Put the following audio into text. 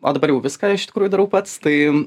o dabar jau viską iš tikrųjų darau pats tai